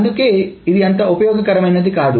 అందుకే ఇది అంత ఉపయోగకరమైనది కాదు